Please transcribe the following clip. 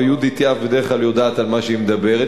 ויהודית יהב בדרך כלל יודעת על מה היא מדברת.